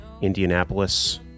Indianapolis